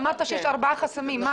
אמרת שיש ארבעה חסמים.